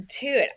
Dude